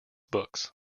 books